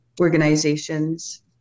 organizations